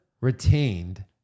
retained